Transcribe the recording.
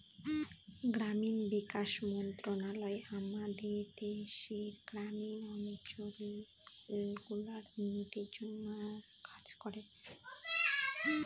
গ্রামীণ বিকাশ মন্ত্রণালয় আমাদের দেশের গ্রামীণ অঞ্চল গুলার উন্নতির জন্যে কাজ করে